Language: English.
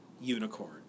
unicorn